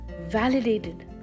validated